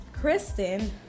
Kristen